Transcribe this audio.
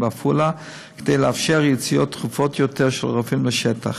בעפולה כדי לאפשר יציאות תכופות יותר של הרופאים לשטח.